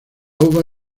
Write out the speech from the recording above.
uva